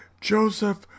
Joseph